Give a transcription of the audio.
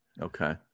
Okay